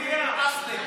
אסלי.